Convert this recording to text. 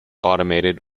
automated